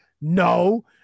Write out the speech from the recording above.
no